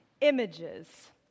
Images